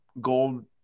gold